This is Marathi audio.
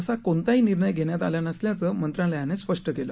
असा कोणताही निर्णय घेण्यात आला नसल्याचे मंत्रालयाने स्पष्ट केले